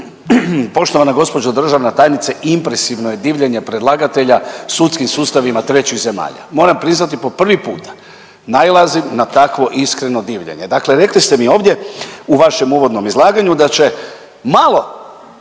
Poštovana gospođo državna tajnice impresivno je divljenje predlagatelja sudskim sustavima trećih zemalja. Moram priznati po prvi puta nailazim na takvo iskreno divljenje. Dakle, rekli ste mi ovdje u vašem uvodnom izlaganju da će malo